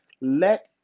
Let